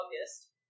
August